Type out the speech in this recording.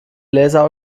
bläser